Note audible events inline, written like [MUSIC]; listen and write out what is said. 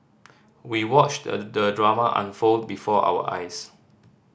we watched [UNINTELLIGIBLE] the drama unfold before our eyes